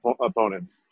opponents